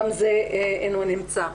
גם זה לא נמצא.